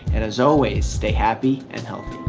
and as always, stay happy and healthy.